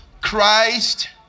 Christ